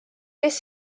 kes